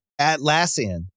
Atlassian